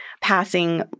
passing